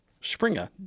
Springer